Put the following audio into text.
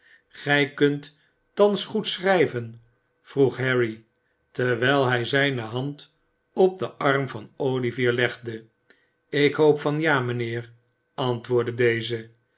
gij kunt thans goed schrijven vroeg harry terwijl hij zijne hand op den arm van o ivier legde ik hoop van ja mijnheer antwoordde deze